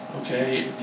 Okay